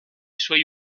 suoi